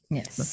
Yes